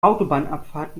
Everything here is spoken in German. autobahnabfahrt